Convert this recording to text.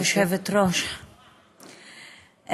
כבוד היושבת-ראש,